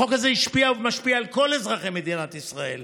החוק הזה השפיע ומשפיע על כל אזרחי מדינת ישראל.